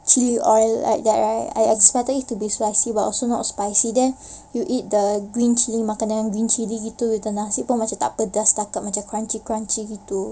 chilli oil like that right I expected it to be spicy but not spicy then you eat the green chilli makan dengan green chilli gitu with the nasi macam tak pedas setakat macam crunchy crunchy gitu